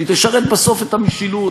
היא תשרת בסוף את המשילות,